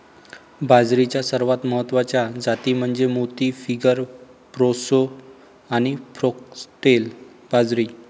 बाजरीच्या सर्वात महत्वाच्या जाती म्हणजे मोती, फिंगर, प्रोसो आणि फॉक्सटेल बाजरी